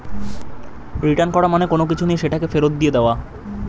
return করা মানে কোনো কিছু নিয়ে সেটাকে ফেরত দিয়ে দেওয়া